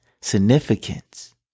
Significance